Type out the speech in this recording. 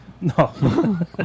No